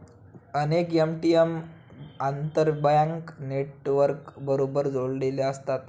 अनेक ए.टी.एम आंतरबँक नेटवर्कबरोबर जोडलेले असतात